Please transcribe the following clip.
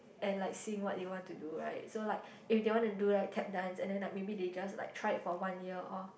and like seeing what they want to do right so like if they want to do like Tap dance and then like maybe they just like try it for one year off